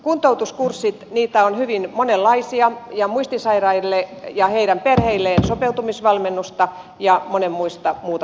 näitä kuntoutuskursseja on hyvin monenlaisia ja muistisairaille ja heidän perheilleen on sopeutumisvalmennusta ja monenmoista muuta kuntoutusta